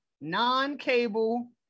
non-cable